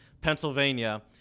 Pennsylvania